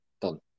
Done